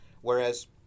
Whereas